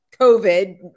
COVID